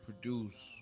produce